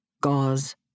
gauze